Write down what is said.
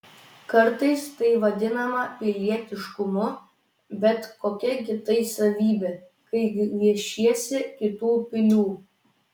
kartais tai vadinama pilietiškumu bet kokia gi tai savybė kai gviešiesi kitų pilių